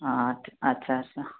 ହଁ ଆଚ୍ଛା ଆଚ୍ଛା